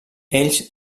ells